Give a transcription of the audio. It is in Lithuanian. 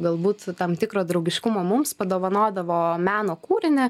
galbūt tam tikro draugiškumo mums padovanodavo meno kūrinį